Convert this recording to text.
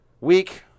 week